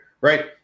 right